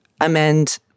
amend